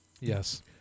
Yes